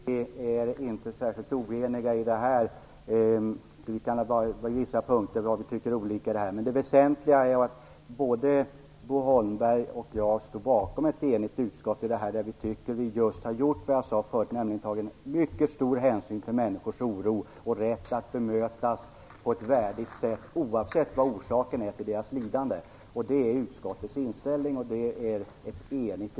Herr talman! Vi är inte särskilt oeniga här. Det kan finnas vissa punkter där vi tycker olika. Men det väsentliga är att både Bo Holmberg och jag står bakom vad ett enigt utskott här säger. Vi tycker att vi just har tagit mycket stor hänsyn till människors oro och till deras rätt att bli bemötta på ett värdigt sätt, oavsett orsaken till deras lidande. Det är utskottets inställning, och utskottet är, som sagt, enigt.